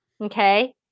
Okay